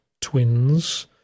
twins